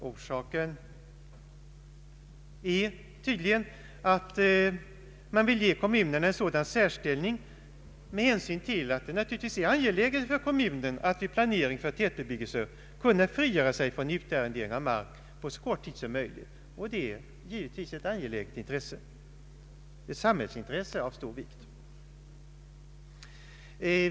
Orsaken är tydligen att man vill ge kommunerna en sådan särställning med hänsyn till att det naturligtvis är angeläget för kommunen att vid planering för tätbebyggelse kunna frigöra sig från utarrendering av mark på så kort tid som möjligt, och detta är givetvis ett angeläget intresse, ett samhällsintresse av stor vikt.